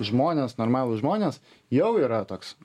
žmonės normalūs žmonės jau yra toks